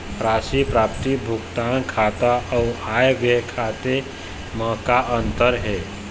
राशि प्राप्ति भुगतान खाता अऊ आय व्यय खाते म का अंतर हे?